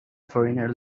foreigner